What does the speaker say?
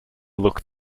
looked